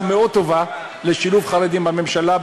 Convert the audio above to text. מאוד טובה לשילוב חרדים במשרדי הממשלה,